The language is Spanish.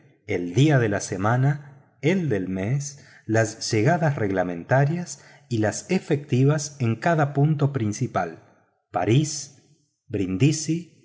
el día de la semana el del mes las llegadas reglamentarias y las efectivas en cada punto principal parís brindisi